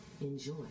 enjoy